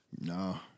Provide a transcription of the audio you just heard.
No